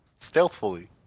stealthfully